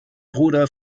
bruder